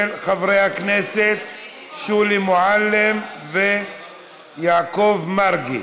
של חברי הכנסת שולי מועלם ויעקב מרגי.